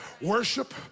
Worship